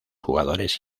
jugadores